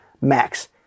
max